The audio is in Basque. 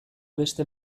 beste